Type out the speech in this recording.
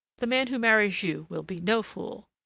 the man who marries you will be no fool.